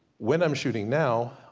when i'm shooting now,